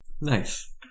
nice